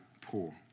poor